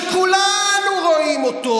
שכולנו רואים אותו,